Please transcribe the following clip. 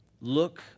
Look